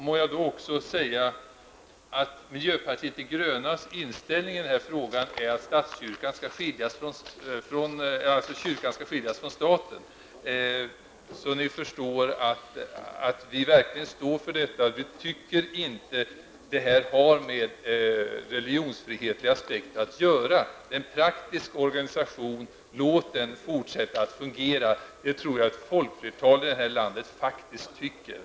Må jag då också säga att miljöpartiet de grönas inställning i den här frågan är att kyrkan skall skiljas från staten. Ni förstår då att vi verkligen står för detta. Vi tycker inte att detta har med religionsfrihetliga aspekter att göra. Det är en praktisk organisation. Låt den fortsätta att fungera. Jag tror faktiskt att folkflertalet i det här landet är av den åsikten.